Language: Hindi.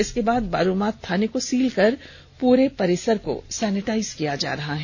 इसके बाद बालूमाथ थाना को सील कर पूरे परिसर को सेनिटाइज किया जा रहा है